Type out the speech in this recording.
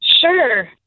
Sure